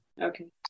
Okay